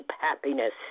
happiness